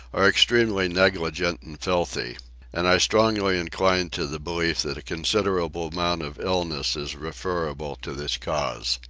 are extremely negligent and filthy and i strongly incline to the belief that a considerable amount of illness is referable to this cause.